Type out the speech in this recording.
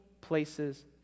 places